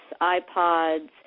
iPods